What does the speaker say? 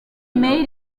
mail